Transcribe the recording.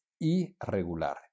irregular